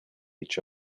each